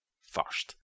first